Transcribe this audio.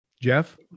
Jeff